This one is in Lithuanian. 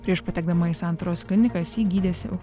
prieš patekdama į santaros klinikas ji gydėsi